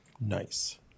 Nice